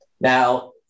Now